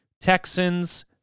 Texans